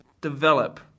develop